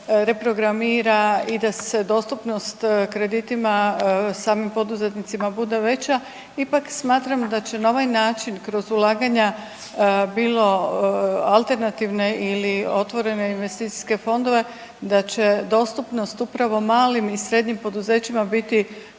reprogramira i da se dostupnost kreditima samim poduzetnicima bude veća, ipak smatram da će na ovaj način kroz ulaganja bilo alternativne ili otvorene investicijske fondove da će dostupnost upravo malim i srednjim poduzećima biti